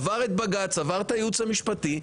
עבר את בג"ץ עבר את הייעוץ המשפטי.